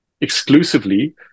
exclusively